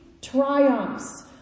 triumphs